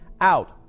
out